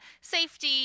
safety